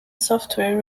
software